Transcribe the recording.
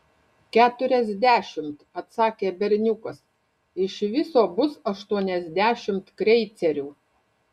keturiasdešimt atsakė berniukas iš viso bus aštuoniasdešimt kreicerių